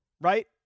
right